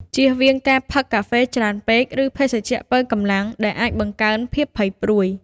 ជៀសវាងការផឹកកាហ្វេច្រើនពេក ឬភេសជ្ជៈប៉ូវកម្លាំងដែលអាចបង្កើនភាពភ័យព្រួយ។